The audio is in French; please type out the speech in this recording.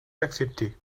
l’accepter